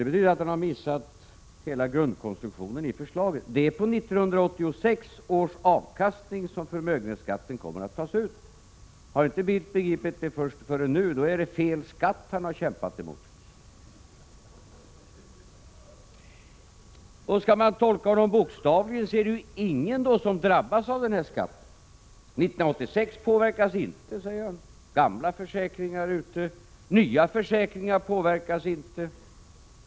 Det betyder att han har missat hela grundkonstruktionen i förslagen, för det är på 1986 års avkastning som förmögenhetsskatten kommer att tas ut. Har inte Bildt begripit det förrän nu är det fel skatt som han har kämpat emot. Skall man tolka honom bokstavligt är det då ingen som drabbas av skatten. År 1986 påverkas inte, säger han, och nya försäkringar påverkas inte.